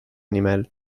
nimel